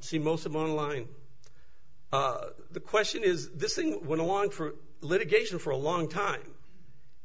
see most of the on line the question is this thing went on for litigation for a long time